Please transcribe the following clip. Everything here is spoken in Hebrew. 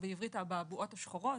או בעברית האבעבועות שחורות,